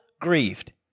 grieved